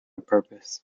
purpose